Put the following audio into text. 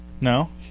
No